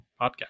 podcast